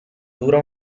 dura